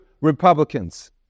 Republicans